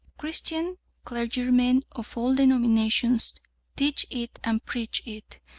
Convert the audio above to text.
christian clergymen of all denominations teach it and preach it,